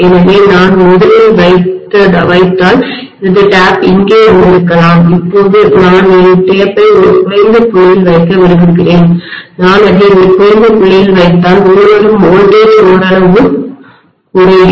எனவே நான் முதலில் வைத்தால்எனது டேப் இங்கே இருந்திருக்கலாம் இப்போது நான் என் டேபை ஒரு குறைந்த புள்ளியில் வைக்க விரும்புகிறேன் நான் அதை ஒரு குறைந்த புள்ளியில் வைத்தால் உள்வரும் மின்னழுத்தம்வோல்டேஜ் கூட ஓரளவு குறையும்